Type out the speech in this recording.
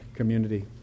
community